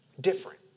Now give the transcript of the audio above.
Different